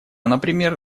например